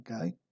okay